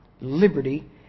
liberty